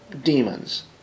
demons